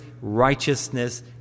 righteousness